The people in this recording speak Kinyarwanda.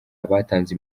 abatanze